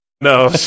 No